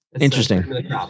Interesting